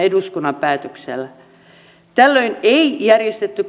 eduskunnan päätöksellä tällöin ei järjestetty